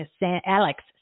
Alex